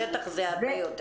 בשטח זה הרבה יותר.